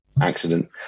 accident